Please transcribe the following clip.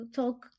talk